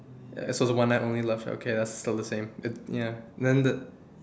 ya so the one night only love shack okay that's still the same it ya then the